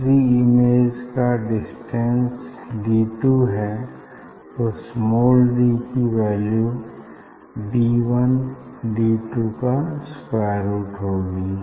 दूसरी इमेज का distant D two है तो स्माल डी की value D one D two का स्क्वायर रुट होगी